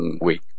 week